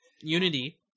Unity